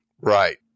Right